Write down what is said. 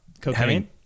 cocaine